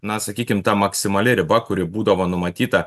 na sakykim ta maksimali riba kuri būdavo numatyta